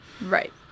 Right